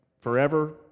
forever